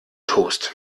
toast